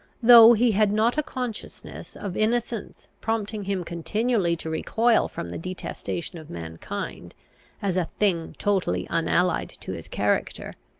though he had not a consciousness of innocence prompting him continually to recoil from the detestation of mankind as a thing totally unallied to his character,